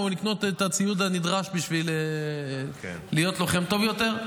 לקנות את הציוד הנדרש בשביל להיות לוחם טוב יותר.